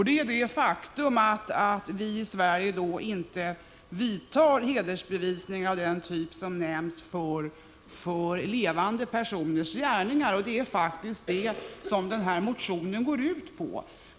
Det är det faktum att vi i Sverige inte låter levande personers gärningar bli föremål för hedersbevisningar av den typ som här nämns, och det är faktiskt det som denna motion går ut på.